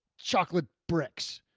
chocolate bricks.